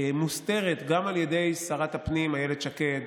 מוסתרת גם על ידי שרת הפנים אילת שקד